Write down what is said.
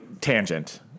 Tangent